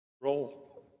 roll